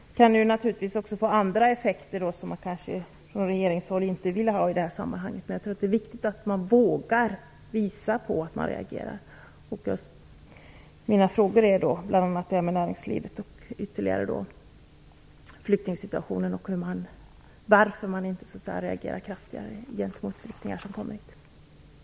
Det kan naturligtvis också få andra effekter som man kanske inte vill ha från regeringshåll. Men jag tror att det är viktigt att man vågar visa att man reagerar. Mina frågor gäller således näringslivssamarbete och flyktingsituationen. Varför reagerar man inte kraftigare gentemot flyktingar som kommer hit?